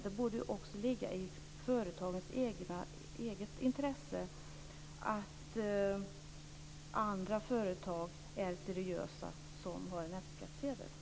Det borde ju också ligga i företagens eget intresse att andra företag som har en F-skattsedel är seriösa.